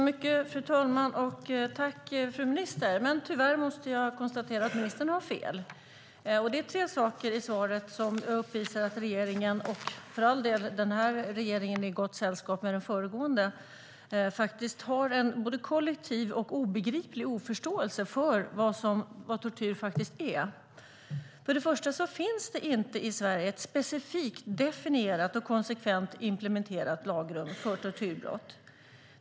Fru talman! Jag tackar fru ministern, men tyvärr måste jag konstatera att hon har fel. Det är tre saker i svaret som visar att regeringen har en både kollektiv och obegriplig oförståelse för vad tortyr faktiskt är. För all del är den här regeringen i gott sällskap med den föregående. För det första finns det inte i Sverige ett specifikt definierat och konsekvent implementerat lagrum för tortyrbrott.